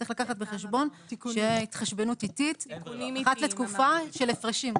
צריך לקחת בחשבון התחשבנות עיתית אחת לתקופה של הפרשים.